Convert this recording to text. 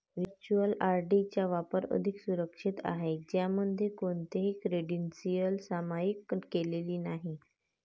virtual ID चा वापर अधिक सुरक्षित आहे, ज्यामध्ये कोणतीही क्रेडेन्शियल्स सामायिक केलेली नाहीत